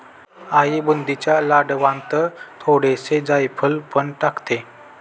आई बुंदीच्या लाडवांत थोडेसे जायफळ पण टाकते